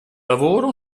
lavoro